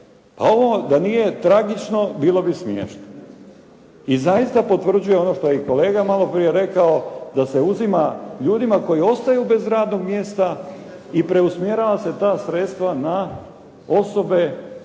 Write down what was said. A ovo da nije tragično bilo bi smiješno i zaista potvrđuje ono što je i kolega maloprije rekao da se uzima ljudima koji ostaju bez radnog mjesta i preusmjeravaju se ta sredstva na osobe